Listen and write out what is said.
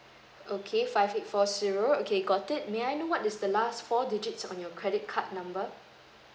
okay five eight four zero okay got it may I know what is the last four digits on your credit card number